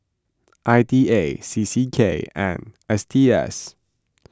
I D A C C K and S T S